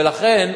ולכן,